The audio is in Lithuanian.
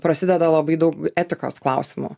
prasideda labai daug etikos klausimų